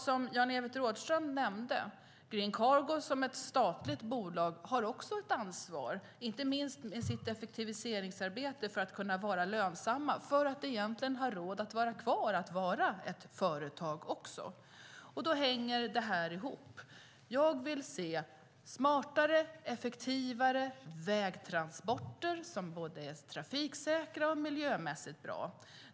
Som Jan-Evert Rådhström nämnde har Green Cargo som ett statligt bolag också ett ansvar, inte minst i sitt effektiviseringsarbete, för att vara lönsamt och ha råd att vara kvar som företag. Detta hänger ihop. Jag vill se smartare, effektivare vägtransporter som är både trafiksäkra och miljömässigt bra.